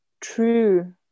true